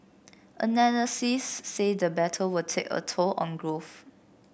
analysts say the battle will take a toll on growth